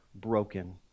broken